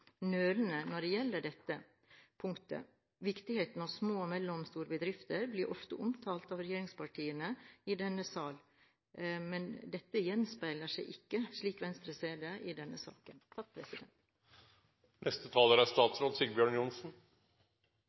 nølende når det gjelder dette punktet. Viktigheten av små og mellomstore bedrifter blir ofte omtalt av regjeringspartiene i denne salen. Men dette gjenspeiler seg ikke – slik Venstre ser det – i denne saken. Jeg tror det er